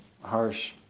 harsh